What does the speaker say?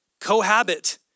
cohabit